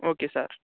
okay sir